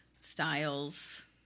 Styles